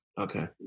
Okay